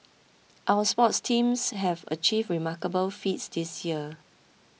our sports teams have achieved remarkable feats this year